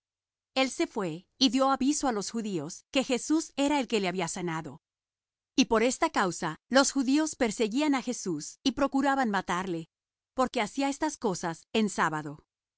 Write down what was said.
el se fué y dió aviso á los judíos que jesús era el que le había sanado y por esta causa los judíos perseguían á jesús y procuraban matarle porque hacía estas cosas en sábado